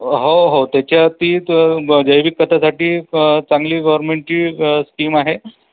हो हो त्याच्यातीत जैविक खतासाठी चांगली गव्हर्नमेंटची स्कीम आहे